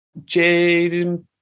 Jaden